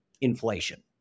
inflation